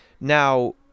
Now